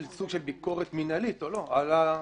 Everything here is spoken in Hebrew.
סוג של ביקורת מינהלית או לא על הרשות.